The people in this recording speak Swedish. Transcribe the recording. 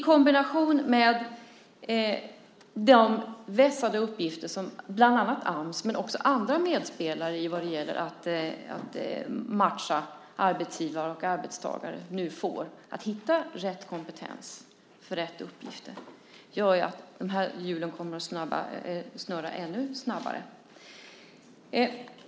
Kombinationen med de vässade uppgifter som bland annat Ams men också andra medspelare vad gäller att matcha arbetsgivare och arbetstagare nu får med att hitta rätt kompetens för rätt uppgifter gör ju att de här hjulen kommer att snurra ännu snabbare.